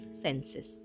senses